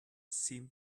seemed